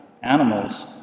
animals